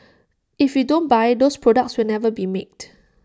if you don't buy those products will never be made